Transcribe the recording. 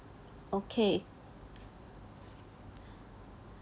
okay